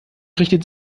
richtet